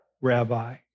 Rabbi